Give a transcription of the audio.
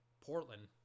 Portland